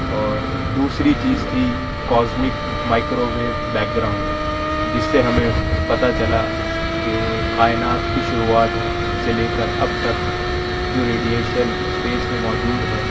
اور دوسری چیز تھی cosmic microwave background جس سے ہمیں پتہ چلا کہ کائنات کی شروعات سے لے کر اب تک جو ریڈیئیشن اسپیس میں موجود ہے